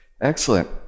Excellent